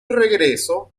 regreso